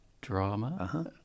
Drama